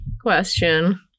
question